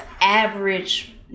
average